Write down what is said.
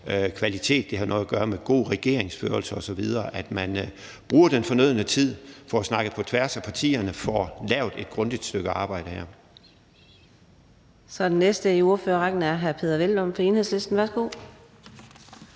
lovkvalitet, og det har noget at gøre med god regeringsførelse osv.; altså at man bruger den fornødne tid, får snakket på tværs af partierne og får lavet et grundigt stykke arbejde.